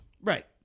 Right